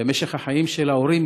במשך החיים של ההורים,